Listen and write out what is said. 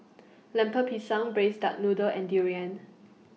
Lemper Pisang Braised Duck Noodle and Durian